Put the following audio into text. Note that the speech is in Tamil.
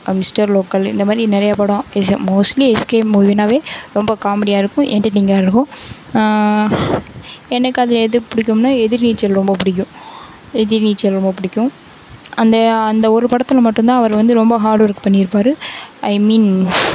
மிஸ்டர் லோக்கல் இந்த மாதிரி நிறைய படம் மோஸ்ட்லி எஸ்கே மூவினாலே ரொம்ப காமெடியாக இருக்கும் என்டர்டெயிங்காக இருக்கும் எனக்கு அது எது பிடிக்கும்னா எதிர்நீச்சல் ரொம்ப பிடிக்கும் எதிர்நீச்சல் ரொம்ப பிடிக்கும் அந்த அந்த ஒரு படத்தில் மட்டும்தான் அவர் வந்து ரொம்ப ஹாட் ஒர்க் பண்ணியிருப்பாரு ஐ மீன்